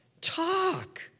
Talk